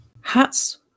Hats